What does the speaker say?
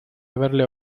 haberle